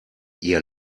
ihr